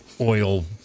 oil